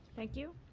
thank you.